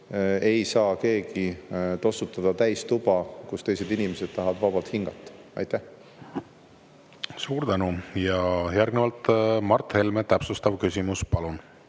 ei saa keegi tossutada täis tuba, kus teised inimesed tahavad vabalt hingata. Suur tänu! Järgnevalt Mart Helme, täpsustav küsimus. Palun!